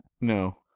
No